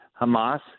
Hamas